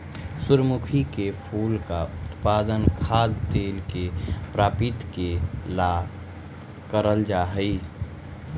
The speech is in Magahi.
सूर्यमुखी के फूल का उत्पादन खाद्य तेल के प्राप्ति के ला करल जा हई